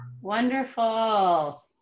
Wonderful